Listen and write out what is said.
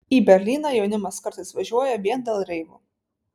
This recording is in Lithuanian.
į berlyną jaunimas kartais važiuoja vien dėl reivų